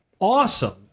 awesome